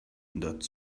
that